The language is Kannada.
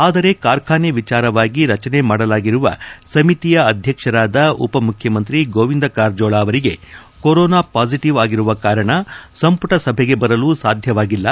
ಆದರೆ ಕಾರ್ಖಾನೆ ವಿಚಾರವಾಗಿ ರಚನೆ ಮಾಡಲಾಗಿರುವ ಸಮಿತಿಯ ಅಧ್ಯಕ್ಷರಾದ ಉಪ ಮುಖ್ಯಮಂತ್ರಿ ಗೋವಿಂದ ಕಾರಜೋಳ ಅವರಿಗೆ ಕೊರೊನಾ ಪಾಸಿಟಿವ್ ಆಗಿರುವ ಕಾರಣ ಸಂಪುಟ ಸಭೆಗೆ ಬರಲು ಸಾಧ್ಯವಾಗಿಲ್ಲ